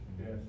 Yes